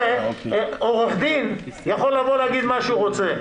עורך דין יכול להגיד מה שהוא רוצה,